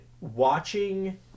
watching